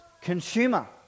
Consumer